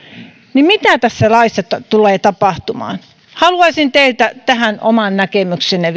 niin mitä tässä laissa tulee tapahtumaan haluaisin teiltä tähän oman näkemyksenne